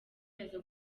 aza